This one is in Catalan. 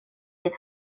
llet